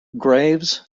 graves